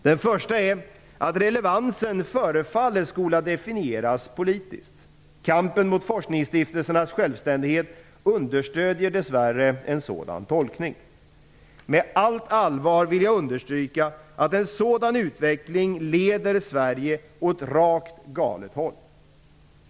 Den första iakttagelsen är att relevansen förefaller skola definieras politiskt. Kampen mot forskningsstiftelsernas självständighet understöder dess värre en sådan tolkning. Med allt allvar vill jag understryka att en sådan utveckling leder Sverige åt rakt galet håll.